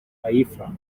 haifa